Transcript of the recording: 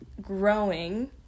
growing